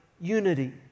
unity